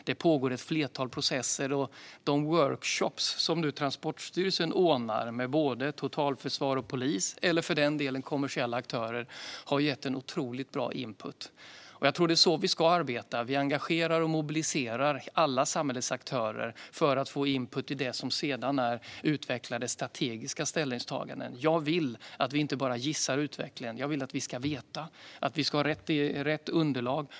Det pågår ett flertal processer, och de workshoppar som Transportstyrelsen ordnar nu med både totalförsvar och polis eller för den delen kommersiella aktörer har gett otroligt bra input. Jag tror att det är så vi ska arbeta. Vi engagerar och mobiliserar alla samhällsaktörer för att få input till det som sedan blir utvecklade strategiska ställningstaganden. Jag vill att vi inte bara ska gissa utvecklingen utan också veta att vi har rätt underlag.